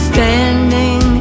Standing